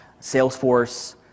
Salesforce